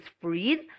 freed